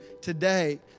today